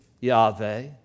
Yahweh